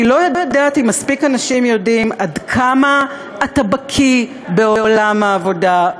אני לא יודעת אם מספיק אנשים יודעים עד כמה אתה בקי בעולם העבודה,